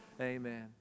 Amen